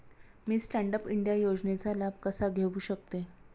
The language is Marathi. मी स्टँड अप इंडिया योजनेचा लाभ कसा घेऊ शकते